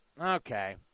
okay